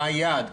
מה היעד,